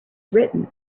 written